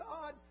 God